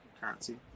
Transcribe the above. currency